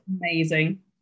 amazing